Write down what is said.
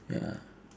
ya